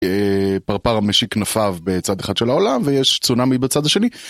פרפר המשיק כנפיו בצד אחד של העולם ויש צונאמי בצד השני.